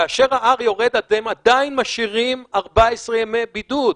כאשר ה-R יורד אתם עדיין משאירים 14 ימי בידוד,